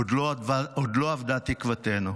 עוד לא אבדה תקוותנו.